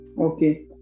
Okay